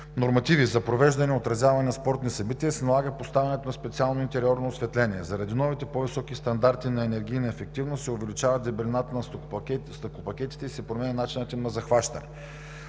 нормативи за провеждане и отразяване на спортни събития, се налага поставянето на специално интериорно осветление. Заради новите по-високи стандарти на енергийна ефективност се увеличава дебелината на стъклопакетите и се променя начинът им на захващане.